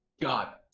God